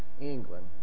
England